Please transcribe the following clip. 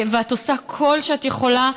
ואת עושה כל מה שאת יכולה,